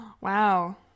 Wow